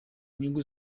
nyungu